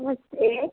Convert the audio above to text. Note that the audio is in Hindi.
नमस्ते